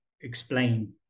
explain